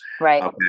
right